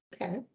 Okay